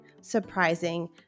surprising